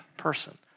person